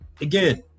again